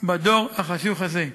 בדור החשוך הזה".